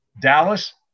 Dallas